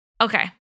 Okay